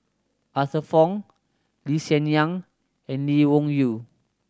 Arthur Fong Lee Hsien Yang and Lee Wung Yew